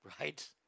right